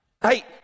hey